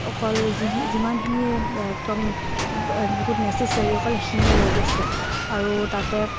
অকল যি যিমানখিনি একদম বহুত নেচেছেৰি অকল সেইখিনিয়ে লৈ গৈছোঁ আৰু তাতে